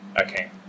okay